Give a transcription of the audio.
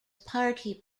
party